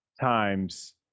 times